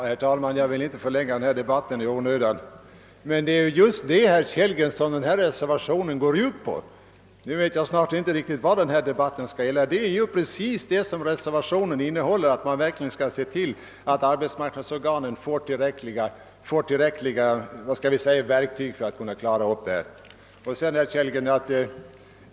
Herr talman! Jag skall inte förlänga denna debatt i onödan. Jag vill bara påpeka för herr Kellgren att reservationens syfte just är att man skall se till att arbetsmarknadsorganen får ordentliga verktyg för att kunna klara upp problemen.